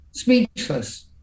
Speechless